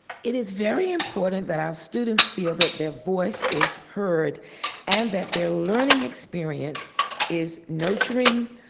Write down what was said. it is very important that our students feel that their voice is heard and that their learning experience is nurturing,